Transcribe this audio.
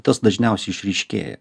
tas dažniausiai išryškėja